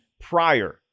prior